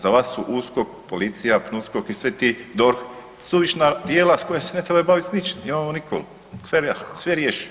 Za vas su USKOK, policija, PNUSKOK i svi ti DORH suvišna tijela koja se ne trebaju baviti s ničim, imamo Nikolu, sve riješi.